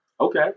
Okay